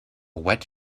wet